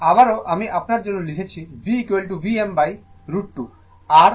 সুতরাং আবারও আমি আপনার জন্য লিখছি V Vm √2